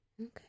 Okay